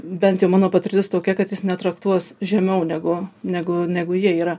bent jau mano patirtis tokia kad jis netraktuos žemiau negu negu negu jie yra